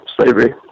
slavery